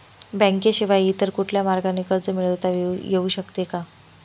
बँकेशिवाय इतर कुठल्या मार्गाने कर्ज मिळविता येऊ शकते का?